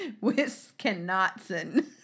Wisconsin